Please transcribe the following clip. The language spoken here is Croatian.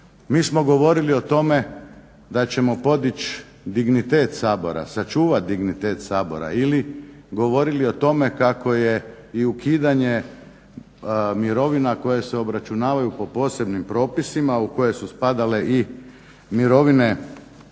Mi smo govorili o tome da ćemo podiči dignitet Sabora, sačuvat dignitet Sabora, ili govorili o tome kako je i ukidanje mirovina koje se obračunavaju po posebnim propisima u koje su spadale i mirovine